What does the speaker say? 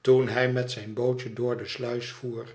toen hij met zijn bootje door de sluis voer